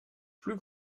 plus